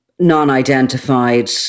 non-identified